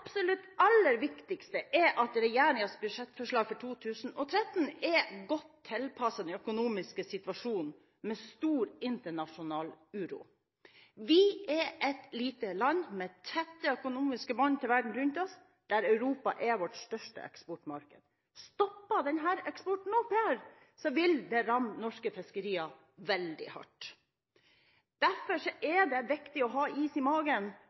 budsjettforslag for 2013 er godt tilpasset den økonomiske situasjonen, med stor internasjonal uro. Vi er et lite land med tette økonomiske bånd til verden rundt oss. Europa er vårt største eksportmarked. Stopper denne eksporten opp her, vil det ramme norske fiskerier veldig hardt. Derfor er det viktig å ha is i magen